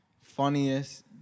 funniest